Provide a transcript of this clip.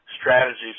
strategies